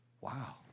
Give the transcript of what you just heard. Wow